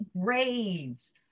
grades